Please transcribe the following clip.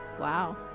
Wow